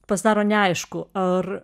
pasidaro neaišku ar